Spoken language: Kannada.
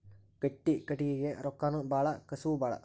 ಗಟ್ಟಿ ಕಟಗಿಗೆ ರೊಕ್ಕಾನು ಬಾಳ ಕಸುವು ಬಾಳ